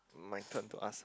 my turn to ask